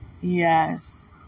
Yes